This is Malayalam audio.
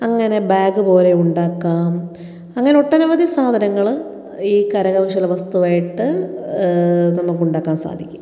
അങ്ങനെ ബാഗ് പോലെ ഉണ്ടാകാം അങ്ങനെ ഒട്ടനവധി സാധനങ്ങൾ ഈ കരകൗശല വസ്തുവായിട്ട് നമുക്ക് ഉണ്ടാക്കാന് സാധിക്കും